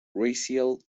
racial